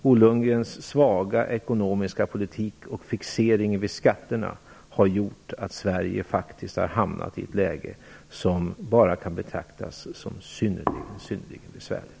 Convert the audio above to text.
Bo Lundgrens svaga ekonomiska politik och fixering vid skatterna har gjort att Sverige faktiskt har hamnat i ett läge som bara kan betraktas som synnerligen, synnerligen besvärligt.